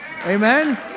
Amen